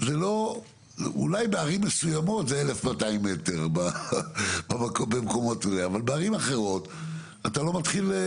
אולי בערים מסוימות זה 1,200 מטר אבל בערים אחרות אתה לא מתחיל.